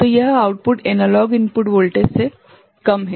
तो यह output analogue input voltage से कम है